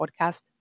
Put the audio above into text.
podcast